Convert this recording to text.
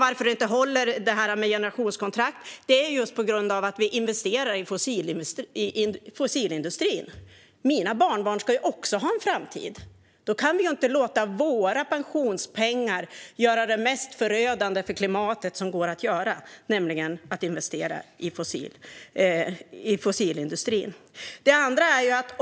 Att detta med generationskontrakt inte håller beror på att vi investerar i fossilindustrin. Mina barnbarn ska också ha en framtid. Då kan vi inte låta våra pensionspengar gå till det mest förödande för klimatet, nämligen investeringar i fossilindustrin.